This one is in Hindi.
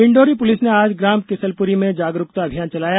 डिंडौरी पुलिस ने आज ग्राम किसलपुरी में जागरूकता अभियान चलाया